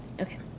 Okay